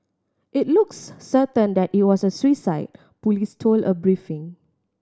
it looks certain that it was a suicide police told a briefing